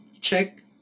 check